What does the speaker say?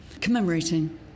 commemorating